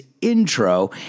intro